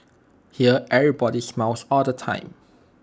here everybody smiles all the time